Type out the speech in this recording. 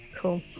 Cool